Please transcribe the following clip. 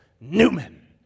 Newman